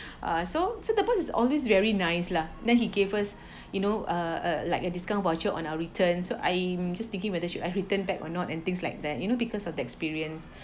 uh so so the boss is always very nice lah then he gave us you know uh uh like a discount voucher on our return so I'm just thinking whether should I return back or not and things like that you know because of that experience